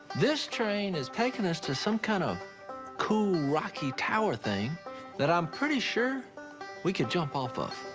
this train has taken us to some kind of cool, rocky tower thing that i'm pretty sure we could jump off of.